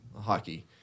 hockey